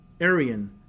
arian